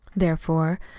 therefore,